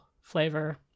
flavor